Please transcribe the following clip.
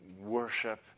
worship